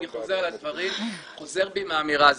אני חוזר בי מהאמירה הזאת.